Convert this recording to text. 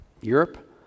Europe